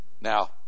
Now